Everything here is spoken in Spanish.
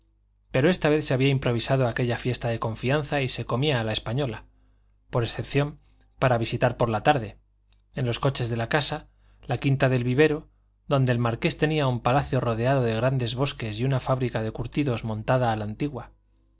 pero esta vez se había improvisado aquella fiesta de confianza y se comía a la española por excepción para visitar por la tarde en los coches de la casa la quinta del vivero donde el marqués tenía un palacio rodeado de grandes bosques y una fábrica de curtidos montada a la antigua